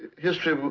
history?